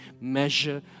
measure